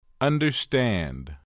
understand